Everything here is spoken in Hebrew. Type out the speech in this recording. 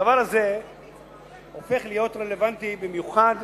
הדבר הזה הופך להיות רלוונטי במיוחד